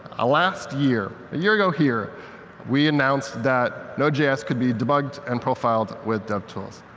ah last year a year ago here we announced that node js could be debugged and profiled with devtools.